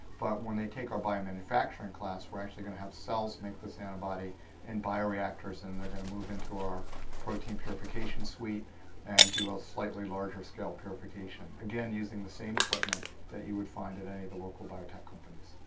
but when they take our biomanufacturing class, we're actually going to have cells mixed with antibodies in bioreactors. and they're going to move into our protein purification suite and do a slightly larger-scale purification, again using the same equipment that you would find at any of the local biotech companies.